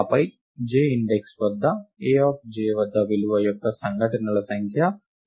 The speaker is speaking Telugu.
ఆపై J ఇండెక్స్ వద్ద A ఆఫ్ j వద్ద విలువ యొక్క సంఘటనల సంఖ్య 1 ద్వారా తగ్గించబడుతుంది